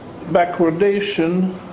backwardation